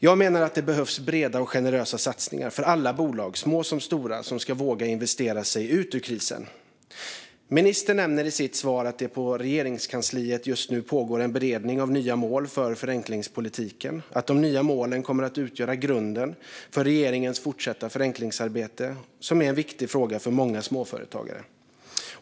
Jag menar att det behövs breda och generösa satsningar för alla bolag, små som stora, som ska våga investera sig ut ur krisen. Ministern nämner i sitt svar att det på Regeringskansliet just nu pågår en beredning av nya mål för förenklingspolitiken och att de nya målen kommer att utgöra grunden för regeringens fortsatta förenklingsarbete, som är en viktig fråga för många småföretagare.